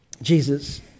Jesus